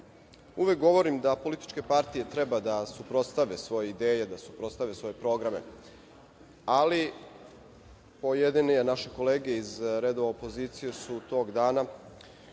govorim da političke partije treba da suprotstave svoje ideje, da suprotstave svoje programe, ali pojedine naše kolege iz redova opozicije su tog dana